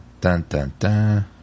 dun-dun-dun